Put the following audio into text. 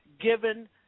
given